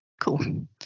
Cool